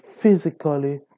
physically